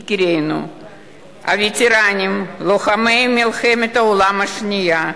יקירינו הווטרנים, לוחמי מלחמת העולם השנייה,